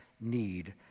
need